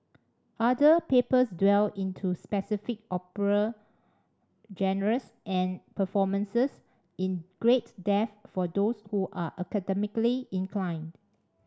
other papers dwell into specific opera genres and performances in great depth for those who are academically inclined